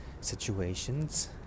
situations